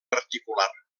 particular